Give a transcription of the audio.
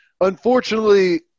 unfortunately –